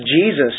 Jesus